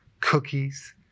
cookies